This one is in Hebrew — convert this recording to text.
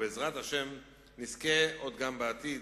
ובעזרת השם נזכה עוד בעתיד,